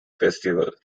festival